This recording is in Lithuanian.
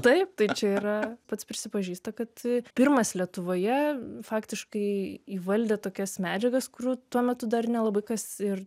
taip tai čia yra pats prisipažįsta kad pirmas lietuvoje faktiškai įvaldė tokias medžiagas kurių tuo metu dar nelabai kas ir